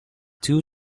two